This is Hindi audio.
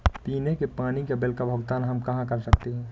पीने के पानी का बिल का भुगतान हम कहाँ कर सकते हैं?